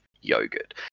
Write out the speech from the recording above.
yogurt